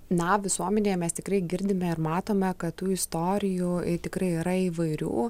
na visuomenėje mes tikrai girdime ir matome kad tų istorijų tikrai yra įvairių